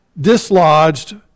dislodged